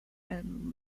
and